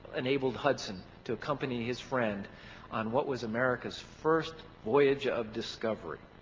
enabled hudson to accompany his friend on what was america's first voyage of discovery.